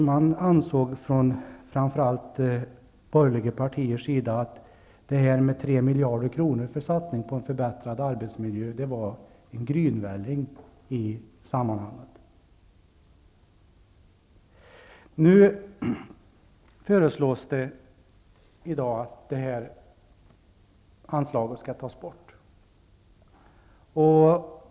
Vi kritiserades eftersom framför allt de borgerliga partierna ansåg att en satsning på 3 miljarder kronor för en förbättrad arbetsmiljö var en grynvälling i sammanhanget. I dag föreslås att anslaget skall tas bort.